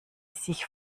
sich